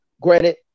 granted